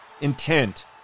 intent